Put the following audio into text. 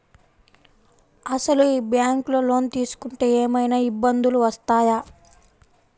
అసలు ఈ బ్యాంక్లో లోన్ తీసుకుంటే ఏమయినా ఇబ్బందులు వస్తాయా?